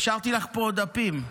השארתי לך פה דפים,